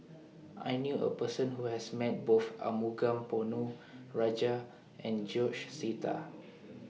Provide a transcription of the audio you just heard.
I knew A Person Who has Met Both Arumugam Ponnu Rajah and George Sita